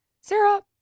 Sarah